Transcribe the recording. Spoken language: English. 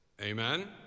Amen